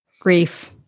grief